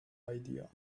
idea